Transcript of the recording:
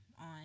on